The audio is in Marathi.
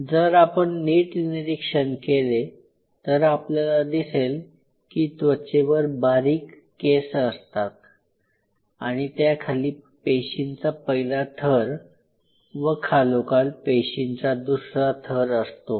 जर आपण नीट निरीक्षण केले तर आपल्याला दिसेल की त्वचेवर बारीक केस असतात आणि त्याखाली पेशींचा पहिला थर व खालोखाल पेशींचा दुसरा थर असतो